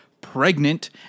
pregnant